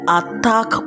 attack